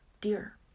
dear